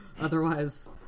otherwise